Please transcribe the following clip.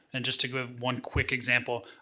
and just to give one quick example,